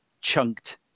chunked